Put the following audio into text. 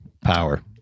Power